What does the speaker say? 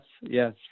Yes